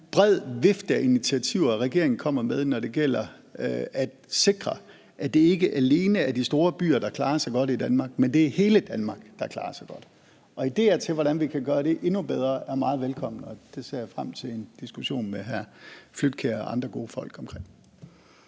bred vifte af initiativer, regeringen kommer med, når det gælder om at sikre, at det ikke alene er de store byer, der klarer sig godt i Danmark, men at det er hele Danmark, der klarer sig godt. Idéer til, hvordan vi kan gøre det endnu bedre, er meget velkomne, og det ser jeg frem til en diskussion med hr. Dennis Flydtkjær og andre gode folk om.